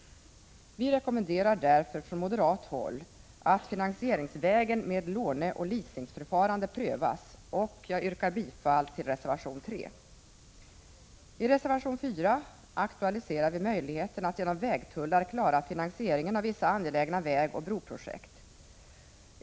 Vi rekommenderar därför från moderat håll att finansieringsvägen med låneoch leasingförfarande prövas. Jag yrkar bifall till reservation 3. I reservation 4 aktualiserar vi möjligheten att genom vägtullar klara finansieringen av vissa angelägna vägoch broprojekt.